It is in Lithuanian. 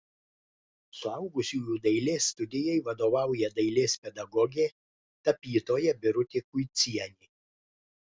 suaugusiųjų dailės studijai vadovauja dailės pedagogė tapytoja birutė kuicienė